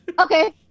Okay